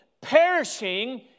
perishing